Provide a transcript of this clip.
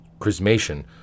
chrismation